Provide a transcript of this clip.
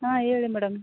ಹಾಂ ಹೇಳಿ ಮೇಡಮ್